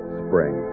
spring